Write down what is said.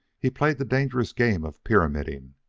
he played the dangerous game of pyramiding,